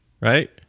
right